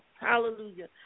Hallelujah